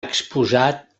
exposat